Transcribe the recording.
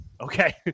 Okay